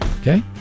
Okay